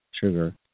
sugar